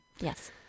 Yes